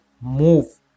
move